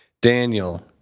Daniel